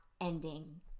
ending